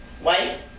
white